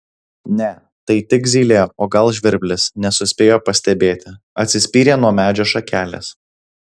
ne tai tik zylė o gal žvirblis nesuspėjo pastebėti atsispyrė nuo medžio šakelės